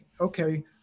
okay